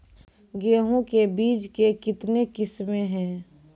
गेहूँ के बीज के कितने किसमें है?